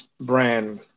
brand